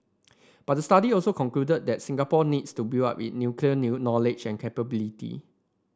but the study also concluded that Singapore needs to build up it nuclear knowledge and capability